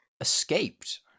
Escaped